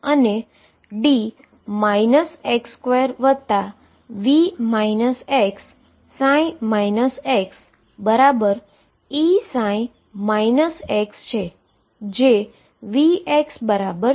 અને d x2 વત્તા V x xEψ x જે V બરાબર છે